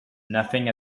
nothing